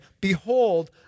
Behold